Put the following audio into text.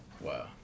Wow